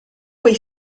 quei